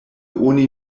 oni